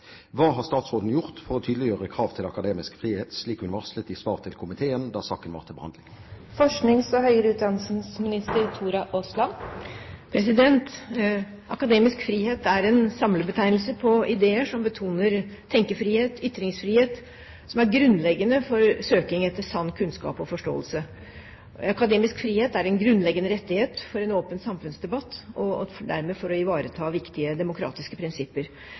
Hva har statsråden gjort for å tydeliggjøre krav til akademisk frihet, slik hun varslet i svar til komiteen da saken var til behandling?» Akademisk frihet er en samlebetegnelse på ideer som betoner tenkefrihet og ytringsfrihet, som er grunnleggende for søking etter sann kunnskap og forståelse. Akademisk frihet er en grunnleggende rettighet for å få en åpen samfunnsdebatt og dermed for å ivareta viktige demokratiske prinsipper.